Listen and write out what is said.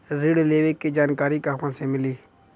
ऋण लेवे के जानकारी कहवा से मिली?